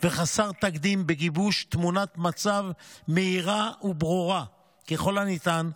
וחסר תקדים בגיבוש תמונת מצב מהירה וברורה ככל הניתן,